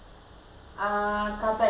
ah காத்தாடி:katthadi